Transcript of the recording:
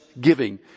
giving